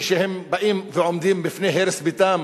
כשהם באים ועומדים בפני הרס ביתם,